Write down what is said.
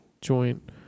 joint